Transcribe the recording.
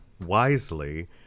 wisely